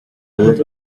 built